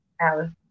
Alice